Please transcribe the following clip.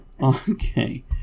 Okay